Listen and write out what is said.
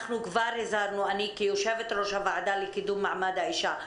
אנחנו כבר הזהרנו אני כיושבת-ראש הוועדה לקידום מעמד האישה,